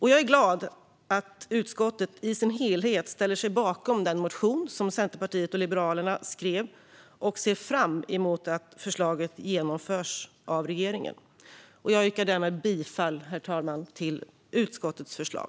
Jag är glad att utskottet i sin helhet ställer sig bakom den motion som Centerpartiet och Liberalerna skrev och ser fram emot att förslaget genomförs av regeringen. Herr talman! Jag yrkar bifall till utskottets förslag.